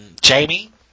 Jamie